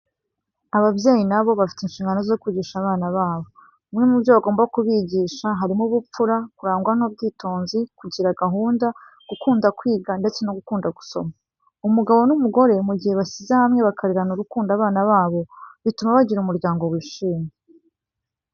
Ababyeyi na bo bafite inshigano zo kwigisha abana babo. Bimwe mu byo bagomba kubigisha harimo ubupfura, kurangwa n'ubwitonzi, kugira gahunda, gukunda kwiga ndetse no gukunda gusoma. Umugabo n'umugore mu gihe bashyize hamwe bakarerana urukundo abana babo, bituma bagira umuryango wishimye.